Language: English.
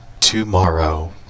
tomorrow